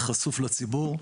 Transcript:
מה, מה ברור.